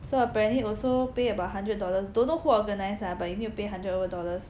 so apparently also pay about hundred dollars don't know who organize lah but you need to pay hundred over dollars